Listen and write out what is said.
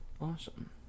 Awesome